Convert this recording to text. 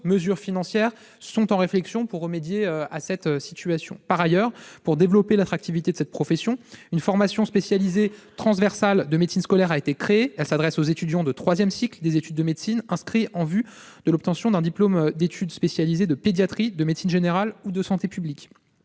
mesures financières de nature à remédier à cette situation. Par ailleurs, pour développer l'attractivité de la profession, nous avons créé une formation spécialisée transversale, ou FST, de médecine scolaire. Elle s'adresse aux étudiants de troisième cycle des études de médecine inscrits en vue de l'obtention d'un diplôme d'étude spécialisée de pédiatrie, de médecine générale ou de santé publique.